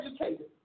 educated